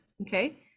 okay